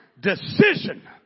Decision